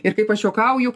ir kaip aš juokauju